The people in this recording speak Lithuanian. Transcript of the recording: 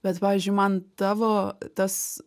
bet pavyzdžiui man tavo tas